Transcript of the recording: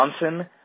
Johnson